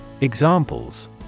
Examples